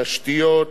תשתיות,